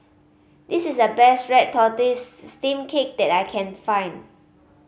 this is the best red tortoise steamed cake that I can find